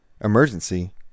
emergency